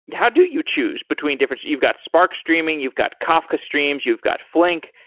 how do you choose between different you've got spark streaming, you've got kafka streams, you've got flink,